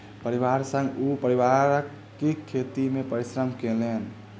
परिवार संग ओ पारिवारिक खेत मे परिश्रम केलैन